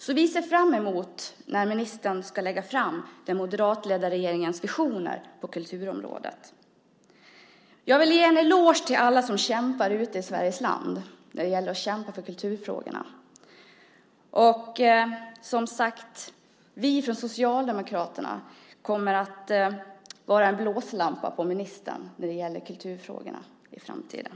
Så vi ser fram emot när ministern ska lägga fram den moderatledda regeringens visioner på kulturområdet. Jag vill ge en eloge till alla som kämpar ute i Sveriges land med kulturfrågorna. Som sagt, vi från Socialdemokraterna kommer att vara en blåslampa på ministern när det gäller kulturfrågorna i framtiden.